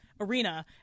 arena